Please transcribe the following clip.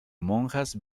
monjas